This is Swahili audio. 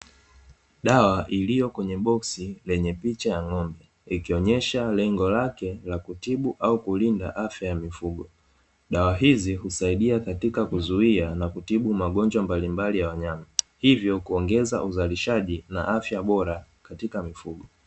Dawa iliyo kwenye boksi lenye picha ya ng'ombe, ikionyesha lengo lake la kutibu au kulinda afya ya mifugo, dawa hizi husaidia katika kuzuia na kutibu magonjwa mbalimbali ya wanyama, hivyo kuongeza uzalishaji na afya bora katika mifugo.